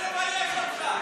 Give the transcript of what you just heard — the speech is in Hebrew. זה צריך לבייש אותך.